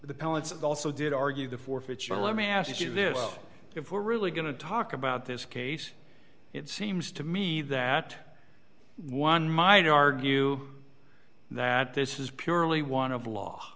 palace also did argue the forfeiture let me ask you this if we're really going to talk about this case it seems to me that one might argue that this is purely one of